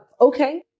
Okay